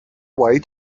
way